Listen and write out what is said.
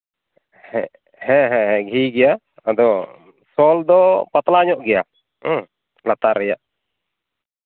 ᱦᱮᱸ ᱦᱮᱸ ᱜᱷᱤ ᱜᱮᱭᱟ ᱟᱫᱚ ᱥᱚᱞ ᱫᱚ ᱯᱟᱛᱞᱟ ᱧᱚᱜ ᱜᱮᱭᱟ ᱦᱮᱸ ᱞᱟᱛᱟᱨ ᱨᱮᱭᱟᱜ